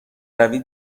روی